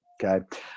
Okay